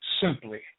simply